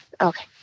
Okay